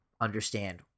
understand